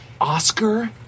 Oscar